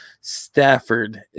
Stafford